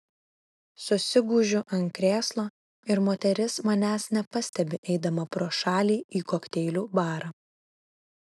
susigūžiu ant krėslo ir moteris manęs nepastebi eidama pro šalį į kokteilių barą